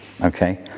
okay